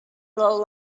low